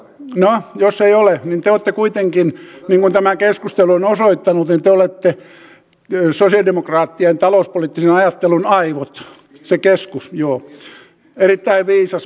no jos ei ole niin te olette kuitenkin niin kuin tämä keskustelu on osoittanut sosialidemokraattien talouspoliittisen ajattelun aivot se keskus erittäin viisas mies